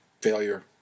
failure